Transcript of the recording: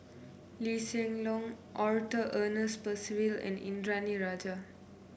Lee Hsien Loong Arthur Ernest Percival and Indranee Rajah